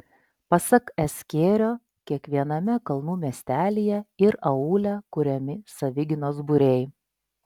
pasak s kėrio kiekviename kalnų miestelyje ir aūle kuriami savigynos būriai